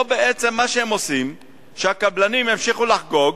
מה שהם עושים פה בעצם הוא שהקבלנים ימשיכו לחגוג,